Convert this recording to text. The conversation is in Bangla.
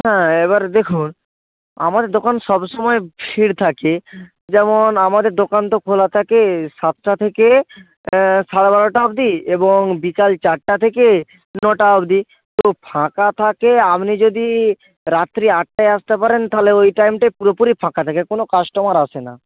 হ্যাঁ এবার দেখুন আমার দোকান সব সময় ভীড় থাকে যেমন আমাদের দোকান তো খোলা থাকে সাতটা থেকে সাড়ে বারোটা অবধি এবং বিকাল চারটা থেকে নটা অবধি তো ফাঁকা থাকে আপনি যদি রাত্রি আটটায় আসতে পারেন তাহলে ওই টাইমটায় পুরোপুরি ফাঁকা থাকে কোনও কাস্টোমার আসেনা